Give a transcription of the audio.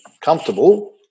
comfortable